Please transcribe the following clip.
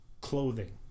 clothing